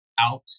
out